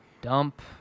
Dump